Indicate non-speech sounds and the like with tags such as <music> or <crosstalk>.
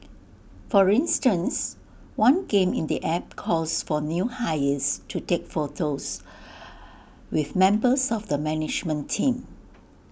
for instance one game in the app calls for new hires to take photos <noise> with members of the management team